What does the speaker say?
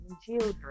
children